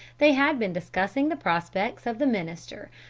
they had been discussing the prospects of the minister,